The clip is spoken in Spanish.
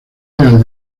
real